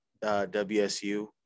WSU